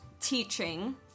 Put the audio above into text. teaching